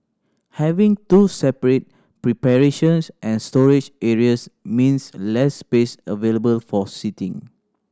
having two separate preparations and storage areas means less space available for seating